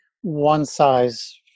one-size